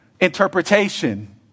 interpretation